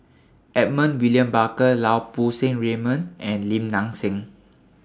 Edmund William Barker Lau Poo Seng Raymond and Lim Nang Seng